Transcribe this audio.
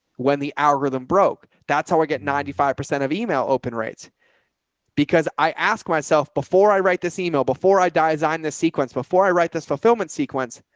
when the algorithm broke, that's how i get ninety five percent of email open rates because i asked myself before i write this email, before i die design the sequence, before i write this fulfillment sequence.